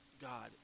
God